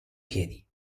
piedi